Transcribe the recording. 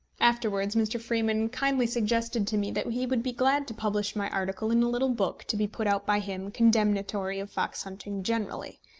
afterwards mr. freeman kindly suggested to me that he would be glad to publish my article in a little book to be put out by him condemnatory of fox-hunting generally.